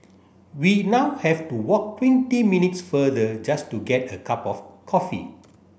we now have to walk twenty minutes further just to get a cup of coffee